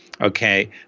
Okay